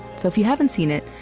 so if you haven't seen it,